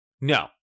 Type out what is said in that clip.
no